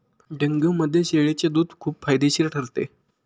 डेंग्यूमध्ये शेळीचे दूध खूप फायदेशीर ठरते